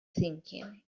thinking